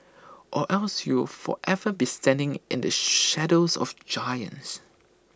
or else you will forever be standing in the shadows of giants